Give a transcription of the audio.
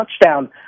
touchdown